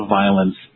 violence